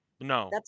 no